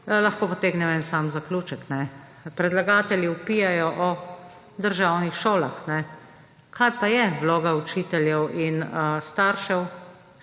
lahko potegnem en sam zaključek. Predlagatelji vpijejo o državnih šolah. Kaj pa je vloga učiteljev in staršev,